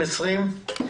תש"ף -2020.